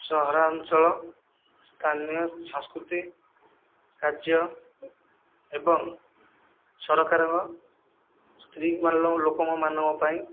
ସହରାଞ୍ଚଳ ସ୍ଥାନୀୟ ସଂସ୍କୃତି କାର୍ଯ୍ୟ ଏବଂ ସରକାରଙ୍କ ସ୍ତ୍ରୀ ଲୋକଙ୍କ ମାନଙ୍କ ପାଇଁ